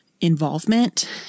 involvement